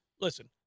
listen